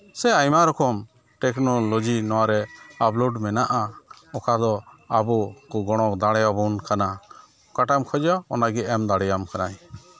ᱥᱮ ᱟᱭᱢᱟ ᱨᱚᱠᱚᱢ ᱴᱮᱠᱱᱳᱞᱚᱡᱤ ᱱᱚᱣᱟ ᱨᱮ ᱟᱯᱞᱳᱰ ᱢᱮᱱᱟᱜᱼᱟ ᱚᱠᱟ ᱫᱚ ᱟᱵᱚ ᱠᱚ ᱜᱚᱲᱚ ᱫᱟᱲᱮᱭᱟᱵᱚᱱ ᱠᱟᱱᱟ ᱚᱠᱟᱴᱟᱜ ᱮᱢ ᱠᱷᱚᱡᱚᱜᱼᱟ ᱚᱱᱟᱜᱮ ᱮᱢ ᱫᱟᱲᱮᱭᱟᱢ ᱠᱟᱱᱟᱭ